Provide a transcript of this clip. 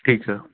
ठीक है